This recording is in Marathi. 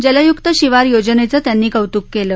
जलयुक्त शिवार योजनेचं त्यांनी कौतूक केलं